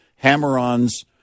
Hammer-ons